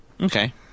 Okay